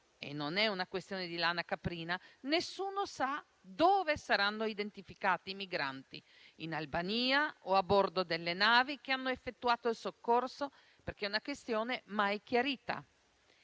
e non è una questione di lana caprina - nessuno sa dove saranno identificati i migranti, se in Albania o a bordo delle navi che hanno effettuato il soccorso - è una questione mai chiarita